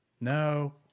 no